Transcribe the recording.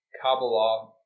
Kabbalah